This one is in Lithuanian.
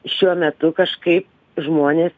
šiuo metu kažkaip žmonės